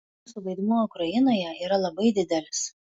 mūsų vaidmuo ukrainoje yra labai didelis